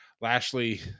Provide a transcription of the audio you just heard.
Lashley